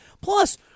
Plus